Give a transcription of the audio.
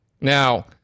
Now